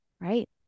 Right